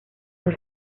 los